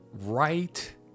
right